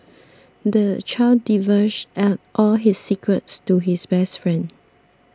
the child divulged at all his secrets to his best friend